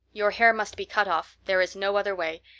your hair must be cut off there is no other way.